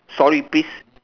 sorry please